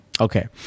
Okay